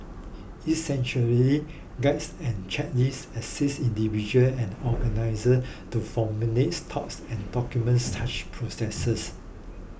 essentially guides and checklists assist and organisers to formalise thoughts and documents such processes